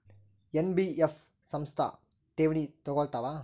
NBF ಸಂಸ್ಥಾ ಠೇವಣಿ ತಗೋಳ್ತಾವಾ?